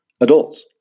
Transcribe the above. adults